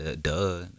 Duh